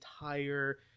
entire